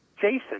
Jason